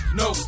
no